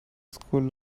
school